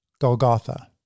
Golgotha